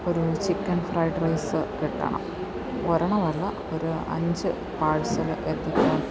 ഒരു chicken fried rice കിട്ടണം ഒരെണ്ണമല്ല ഒരു അഞ്ച് പാഴ്സല് എത്തിക്കണം